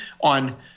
on –